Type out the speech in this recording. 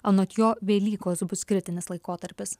anot jo velykos bus kritinis laikotarpis